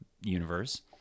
universe